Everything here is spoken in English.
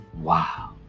wow